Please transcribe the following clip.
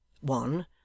one